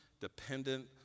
dependent